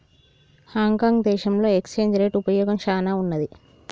Hong Kong దేశంలో exchange rate ఉపయోగం చానా ఉన్నాది